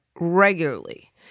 regularly